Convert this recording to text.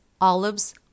olives